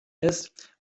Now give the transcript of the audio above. ist